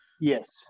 yes